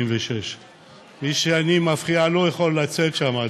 196). מי שאני מפריע לו יכול לצאת שם,